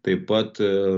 taip pat